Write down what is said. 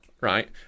right